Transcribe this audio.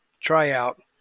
tryout